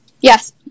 yes